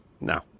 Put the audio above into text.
No